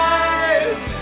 eyes